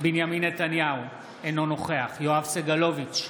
בנימין נתניהו, אינו נוכח יואב סגלוביץ'